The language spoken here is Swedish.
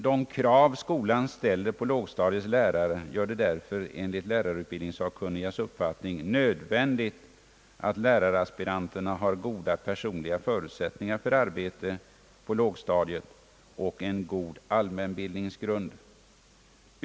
De krav skolan ställer på lågstadiets lärare gör det därför nödvändigt att läraraspiranterna har goda personliga förutsättningar för arbete på lågstadiet och en god allmänbildningsgrund.